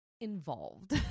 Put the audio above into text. involved